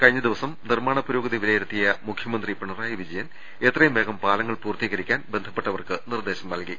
കഴിഞ്ഞ ദിവസം നിർമ്മാണ പുരോഗതി വിലയിരുത്തിയ മുഖ്യമന്ത്രി പിണ റായി വിജയൻ എത്രയും വേഗം പാലങ്ങൾ പൂർത്തീകരിക്കുവാൻ ബന്ധപ്പെട്ടവർക്ക് നിർദേശം നൽകി